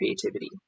creativity